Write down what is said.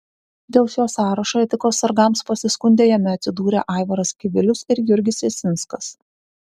dėl šio sąrašo etikos sargams pasiskundė jame atsidūrę aivaras kivilius ir jurgis jasinskas